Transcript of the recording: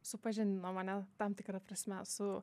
supažindino mane tam tikra prasme su